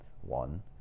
One